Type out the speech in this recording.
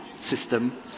system